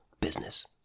business